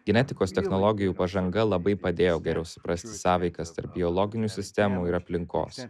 genetikos technologijų pažanga labai padėjo geriau suprasti sąveikas tarp biologinių sistemų ir aplinkos